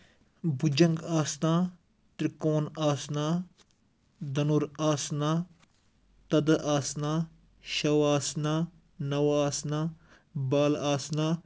بُجنٛگ آسنا تِرٛکون آسنا دَنُر آسنا دَدٕ آسنا شَو آسنا نَو آسنا بال آسنا